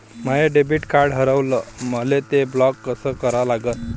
माय debit card हारवलं, मले ते ब्लॉक कस करा लागन?